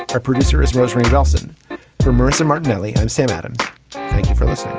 our producer is rosemary bellson from mercer martinelli. i'm sam adams. thank you for this